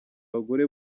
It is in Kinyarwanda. abagore